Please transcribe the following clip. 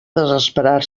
desesperar